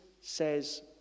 says